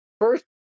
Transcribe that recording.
First